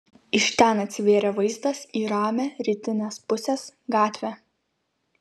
iš ten atsivėrė vaizdas į ramią rytinės pusės gatvę